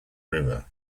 river